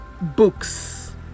books